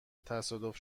تصادف